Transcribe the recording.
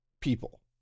people